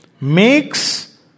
makes